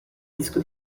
disco